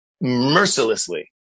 mercilessly